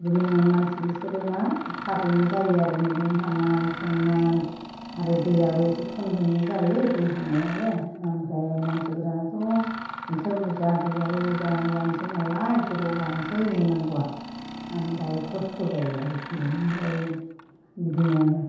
बिदिनो मानसि एसेल'ना थाबैनो जायो आरो मैगं हानाय संनाय आरो दैआबो एसे खमजोंनो जायो दै होनायाबो ओमफ्राय मानसि बुरजानाथ' ओंख्रिया बुरजा दैयाबो बुरजा होनाय जासै नालाय गोबाव लासै मोननांगौआ ओमफ्राय खस्थ' जायो आरिखि ओमफ्राय बिदिनो